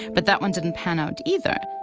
but that one didn't pan out either